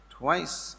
twice